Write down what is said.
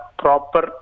proper